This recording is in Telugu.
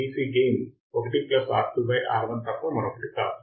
DC లాభం 1 R2 R1 తప్ప మరొకటి కాదు